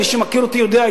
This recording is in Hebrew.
מי שמכיר אותי יודע,